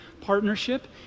partnership